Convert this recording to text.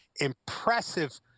impressive